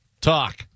Talk